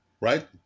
Right